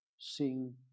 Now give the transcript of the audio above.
Sing